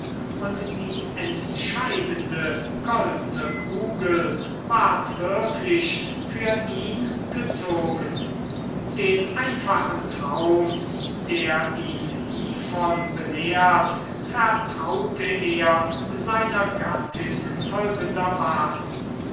und die entscheidende goldne kugel ward wirklich für ihn gezogen den einfachen traum der ihn hievon belehrt vertraute er seiner gattin folgendermaßen